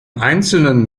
einzelnen